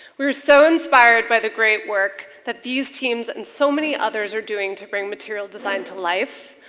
we were so inspired by the great work that these teams and so many others are doing to bring material design to life.